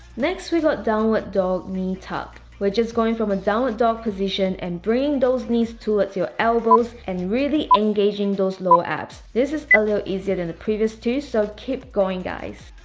next we got downward dog knee tucks we're just going from a downward dog position and bring those knees towards your elbows and really engaging those lower abs this is a little easier than the previous two. so keep going guys